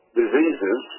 diseases